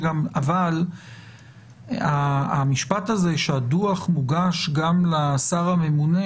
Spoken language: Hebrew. אבל המשפט הזה שהדוח הוגש גם לשר הממונה,